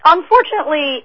Unfortunately